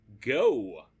go